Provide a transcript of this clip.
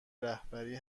رهبری